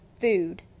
food